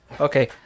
Okay